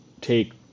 take